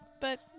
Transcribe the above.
but-